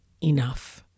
enough